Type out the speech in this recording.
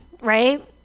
right